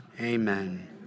Amen